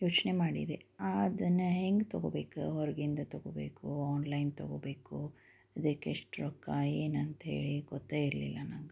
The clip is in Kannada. ಯೋಚನೆ ಮಾಡಿದೆ ಅದನ್ನ ಹೇಗೆ ತೊಗೋಬೇಕು ಹೊರಗಿಂದ ತೊಗೋಬೇಕೋ ಆನ್ಲೈನ್ ತೊಗೋಬೇಕೋ ಅದಕ್ಕೆ ಎಷ್ಟು ರೊಕ್ಕ ಏನು ಅಂತ್ಹೇಳಿ ಗೊತ್ತೇ ಇರಲಿಲ್ಲ ನನಗೆ